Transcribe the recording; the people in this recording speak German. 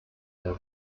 der